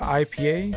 ipa